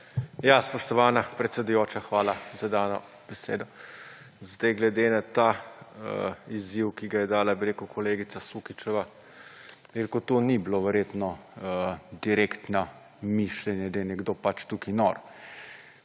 Ja, spoštovana predsedujoča, hvala za dano besedo. Zdaj glede na ta izziv, ki ga je dala kolegica Sukičeva, to ni bilo verjetno direktno mišljeno, da je nekdo pač tukaj nor,